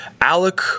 Alec